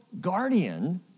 guardian